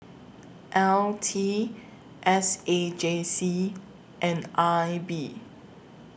L T S A J C and I B